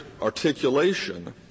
articulation